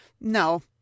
no